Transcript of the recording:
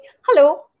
hello